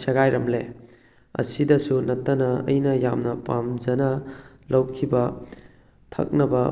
ꯁꯦꯒꯥꯏꯔꯝꯂꯦ ꯑꯁꯤꯗꯁꯨ ꯅꯠꯇꯅ ꯑꯩꯅ ꯌꯥꯝꯅ ꯄꯥꯝꯖꯅ ꯂꯧꯈꯤꯕ ꯊꯛꯅꯕ